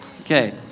Okay